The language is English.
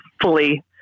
fully